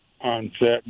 onset